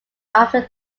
after